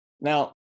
Now